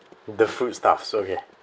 the fruit staffs okay